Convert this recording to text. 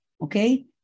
okay